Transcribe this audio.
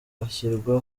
ashyirwa